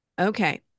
Okay